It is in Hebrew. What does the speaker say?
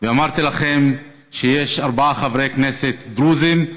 אמרתי לכם שיש ארבעה חברי כנסת דרוזים,